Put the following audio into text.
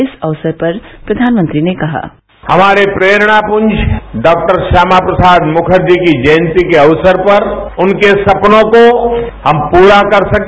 इस अवसर पर प्रधानमंत्री ने कहा हमारे प्रेरणा कंज डॉ श्यामा प्रसाद मुखर्जी जी की जयंती के अवसर पर उनके सपनों को हम पूरा कर सके